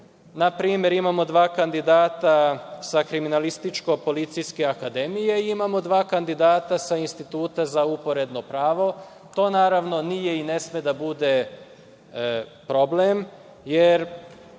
Na primer, imamo dva kandidata sa Kriminalističko-policijske akademije i imamo dva kandidata sa Instituta za uporedno pravo. To, naravno, nije i ne sme da bude problem, jer